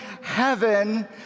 heaven